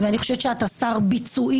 אני חושבת שאתה שר ביצועי,